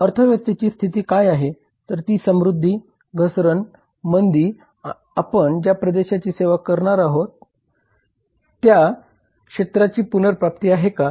अर्थव्यवस्थेची स्थिती काय आहे तर ती समृद्धी घसरण मंदी आपण ज्या प्रदेशाची सेवा करणार आहोत त्या क्षेत्राची पुनर्प्राप्ती आहे का